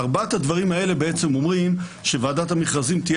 ארבעת הדברים האלה בעצם אומרים שוועדת המכרזים תהיה